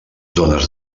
dones